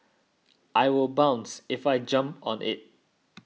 I will bounce if I jump on it